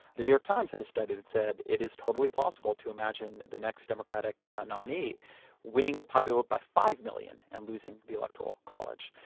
the new york times had a study that said it is totally possible to imagine the next democratic nominee winning the popular vote by five million and losing the electoral college.